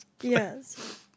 Yes